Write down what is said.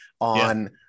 on